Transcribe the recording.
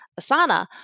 Asana